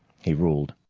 he ruled.